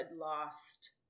lost